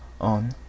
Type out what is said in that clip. on